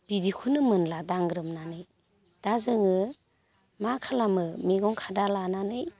बिदिखौनो मोनला दांग्रोमनानै दा जोङो मा खालामो मैगं खादा लानानै